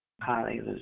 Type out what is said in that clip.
hallelujah